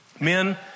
men